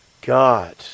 God